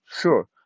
Sure